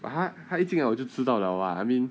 but 他他一进来我就知道 liao lah I mean